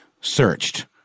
searched